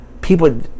People